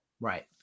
right